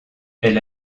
elle